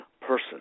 person